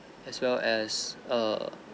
as well as err